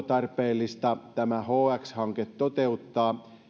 tarpeellista hx hanke toteuttaa